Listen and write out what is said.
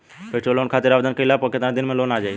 Festival loan खातिर आवेदन कईला पर केतना दिन मे लोन आ जाई?